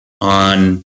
on